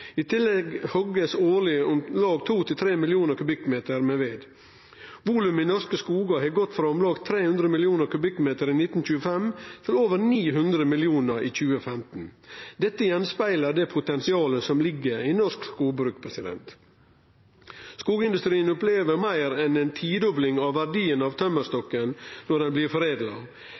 I tillegg blir det årleg hogd 2–3 millionar kubikkmeter med ved. Volumet i norske skogar har gått frå om lag 300 millionar kubikkmeter i 1925 til over 900 millionar i 2015. Dette speglar av det potensialet som ligg i norsk skogbruk. Skogindustrien opplever meir enn ei tidobling av verdien av tømmerstokken når han blir foredla.